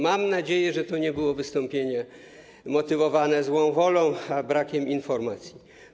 Mam nadzieję, że to nie było wystąpienie motywowane złą wolą, a brakiem informacji.